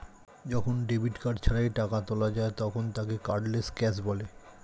যখন debit card ছাড়াই টাকা তোলা যায় তখন তাকে কার্ডলেস ক্যাশ বলে